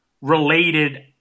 related